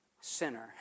sinner